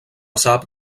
sap